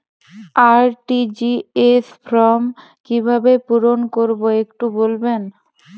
RTGS form কিভাবে পূরণ করবো একটু বলবেন?